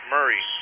Murray